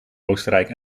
oostenrijk